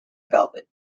velvet